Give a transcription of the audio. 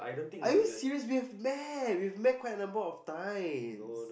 are you serious we have met we have met quite a number of times